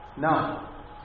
Now